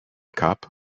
cop